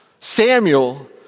Samuel